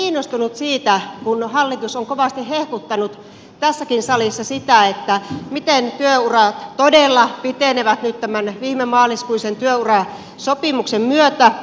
olen kiinnostunut siitä kun hallitus on kovasti hehkuttanut tässäkin salissa sitä miten työurat todella pitenevät nyt tämän viime maaliskuisen työurasopimuksen myötä